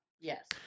Yes